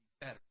better